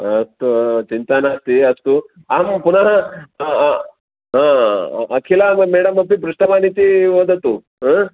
अस्तु चिन्ता नास्ति अस्तु अहं पुनः हा अखिला मेडम् अपि पृष्टवानिति वदतु हा